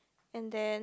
and then